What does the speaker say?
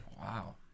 Wow